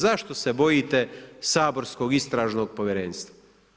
Zašto se bojite saborskog istražnog povjerenstva?